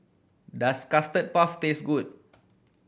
does Custard Puff taste good